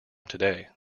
today